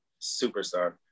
Superstar